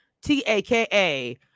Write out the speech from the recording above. t-a-k-a